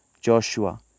Joshua